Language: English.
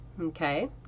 Okay